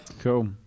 Cool